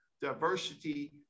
diversity